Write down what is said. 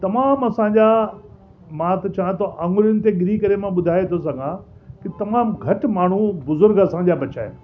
तमामु असांजा मां त चवां थो आङुरियुन ते ॻिणी करे मां ॿुधाए थो सघां कि तमामु घटि माण्हू बुज़ुर्ग असांजा बचिया आहिनि